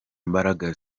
mbaraga